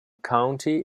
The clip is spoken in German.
county